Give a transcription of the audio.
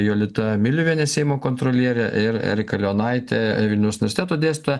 jolita miliuvienė seimo kontrolierė ir erika leonaitė vilnius universiteto dėstytoja